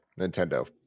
Nintendo